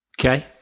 Okay